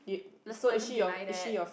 let's not even deny that